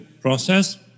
process